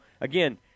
again